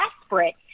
desperate